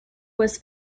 was